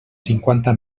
cinquanta